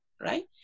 right